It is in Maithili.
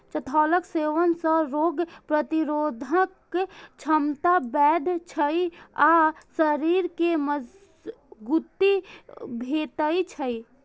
चठैलक सेवन सं रोग प्रतिरोधक क्षमता बढ़ै छै आ शरीर कें मजगूती भेटै छै